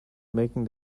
making